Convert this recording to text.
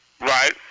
Right